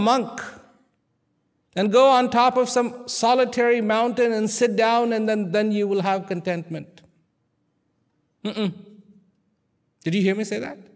monk and go on top of some solitary mountain and sit down and then then you will have contentment did you hear me say that